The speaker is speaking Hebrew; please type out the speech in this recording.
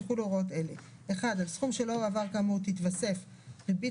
יחולו הוראות אלה: (1) על סכום שלא הועבר כאמור תתווסף ריבית